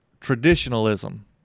traditionalism